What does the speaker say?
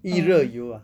一热有啊